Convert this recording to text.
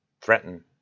threaten